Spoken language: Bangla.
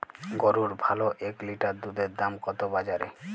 গরুর ভালো এক লিটার দুধের দাম কত বাজারে?